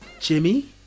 Jimmy